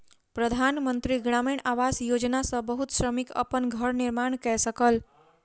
प्रधान मंत्री ग्रामीण आवास योजना सॅ बहुत श्रमिक अपन घर निर्माण कय सकल